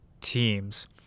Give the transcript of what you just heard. teams